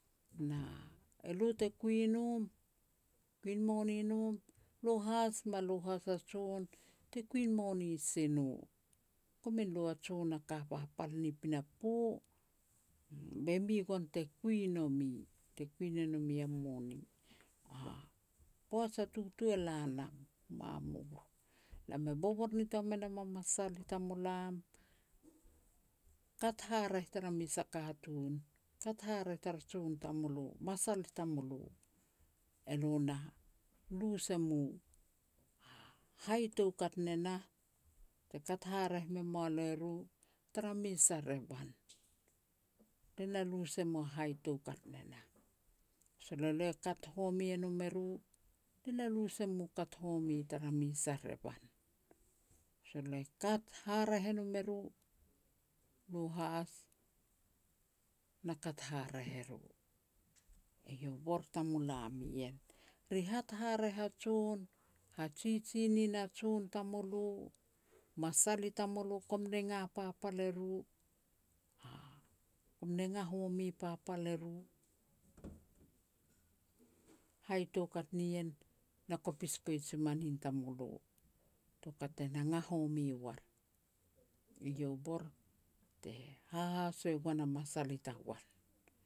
Na, elo te kui nom, kuin moni nom, lo has ma lu has a jon te kuin moni si no. Komin lu a jon a ka papal ni pinapo, be mi gon te kui nomi, te kui ne nomi a moni. A poaj a tutu e la nam, mamur. Lam e bobor nitoa me nam a masal i tamulam, kat haraeh tara mes a katun, kat haraeh tara jon tamulo, masal i tamulo. Elo na lu se mu ha-hai toukat ne nah, te kat haraeh me mua lo eru, tara mes a revan, le na lu se mua hai toukat ne nah. Sol elo e kat home e nom eru, le na lu se mu kat home tara mes a revan. Sol le kat haraeh e nom eru, ru has na kat haraeh e ru. Eiau u bor i tamulam ien. Rihat haraeh a jon, hajiji nin a jon tamulo, masal i tamulo kom nenga papal eru, kum nenga home papal eru. Hai toukat nien na kopis poij si ma nin tamulo, toukat te nenga home war. Eiau bor te hahaso e goan a masal i tagoan.